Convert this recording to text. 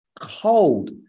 cold